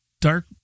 Dark